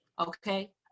okay